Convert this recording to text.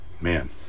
man